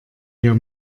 hier